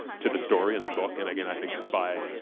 to the story and the book. and again, i think by.